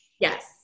Yes